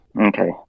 Okay